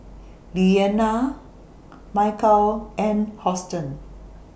Lillianna Michel and Houston